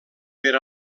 per